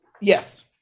Yes